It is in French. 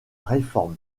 réforme